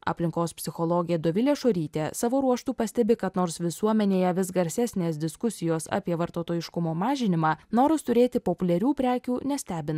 aplinkos psichologė dovilė šorytė savo ruožtu pastebi kad nors visuomenėje vis garsesnės diskusijos apie vartotojiškumo mažinimą noras turėti populiarių prekių nestebina